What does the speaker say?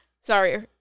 Sorry